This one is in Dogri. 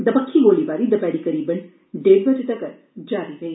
दपक्खी गोलीबारी दपैहरी करीबन डेढ़ बजे तगर जारी रेई